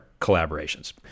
collaborations